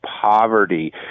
poverty